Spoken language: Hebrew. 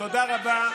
תודה רבה.